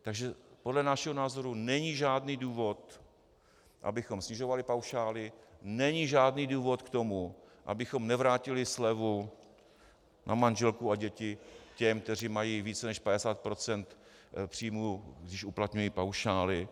Takže podle našeho názoru není žádný důvod, abychom snižovali paušály, není žádný důvod k tomu, abychom nevrátili slevu na manželku a děti těm, kteří mají více než 50 % příjmů, když uplatňují paušály.